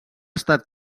estat